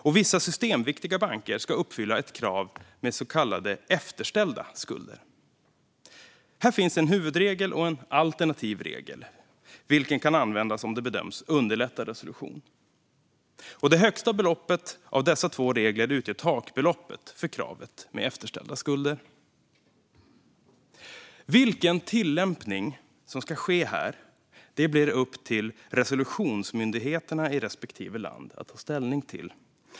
Och vissa systemviktiga banker ska uppfylla ett krav med så kallade efterställda skulder. Här finns en huvudregel och en alternativ regel, vilken kan användas om det bedöms underlätta resolution. Det högsta beloppet av dessa två regler utgör takbeloppet för kravet med efterställda skulder. Vilken tillämpning som ska ske här blir upp till resolutionsmyndigheterna i respektive land att ta ställning till.